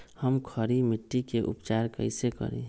हम खड़ी मिट्टी के उपचार कईसे करी?